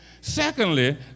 Secondly